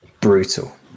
brutal